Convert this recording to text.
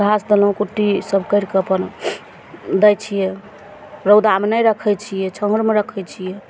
घास देलहुॅं कुट्टी इसब कैरि कऽ अपन दै छियै रौदामे नहि रक्खै छियै छाहरिमे रक्खै छियै